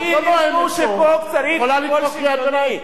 את יכולה לקרוא לו קריאת ביניים.